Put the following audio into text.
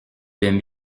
aimes